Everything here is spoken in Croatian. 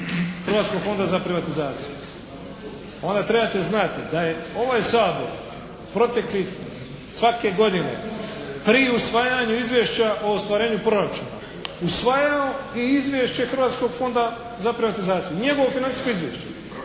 Hrvatskog fonda za privatizaciju onda trebate znati da je ovaj Sabor proteklih svake godine pri usvajanju izvješća o ostvarenju proračuna usvajao i izvješće Hrvatskog fonda za privatizaciju i njegovo financijsko izvješće.